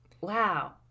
wow